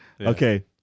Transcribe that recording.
Okay